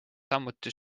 samuti